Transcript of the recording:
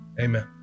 Amen